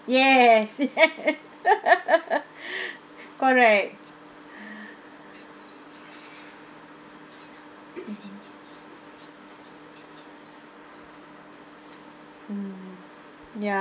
yes correct mm ya